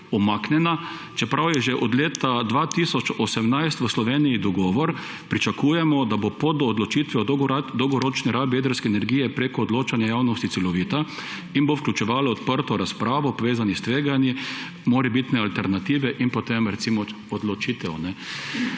umaknjena, čeprav je že od leta 2018 v Sloveniji dogovor, pričakujemo, da bo pot do odločitve o dolgoročni rabi jedrske energije preko odločanja javnosti celovita in bo vključevalo odprto razpravo, povezano s tveganji, morebitne alternative in potem, recimo, odločitev.